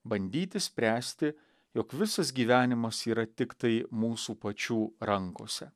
bandyti spręsti jog visas gyvenimas yra tiktai mūsų pačių rankose